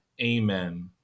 amen